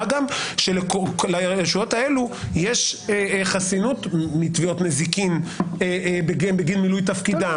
מה גם שלרשויות האלה יש חסינות מתביעות נזיקין בגין מילוי תפקידן.